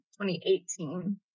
2018